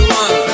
one